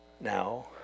now